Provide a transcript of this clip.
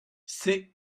c’est